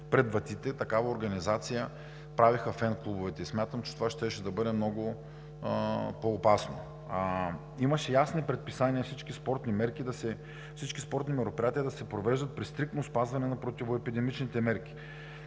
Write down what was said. пред вратите. Такава организация правеха фен клубовете. Смятам, че това щеше да бъде много по-опасно. Имаше ясни предписания всички спортни мероприятия да се провеждат при стриктно спазване на противоепидемичните мерки.